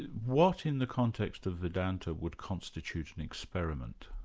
what in the context of vedanta would constitute an experiment?